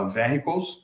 vehicles